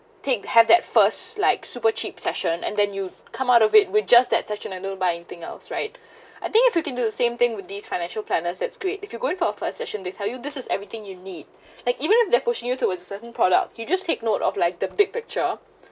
think have that first like super cheap session and then you come out of it with just that such an buy anything else right I think if you can do the same thing with these financial planners that's great if you're going for a first session they tell you this is everything you need like even if they're pushing you towards certain product you just take note of like the big picture